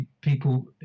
people